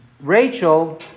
Rachel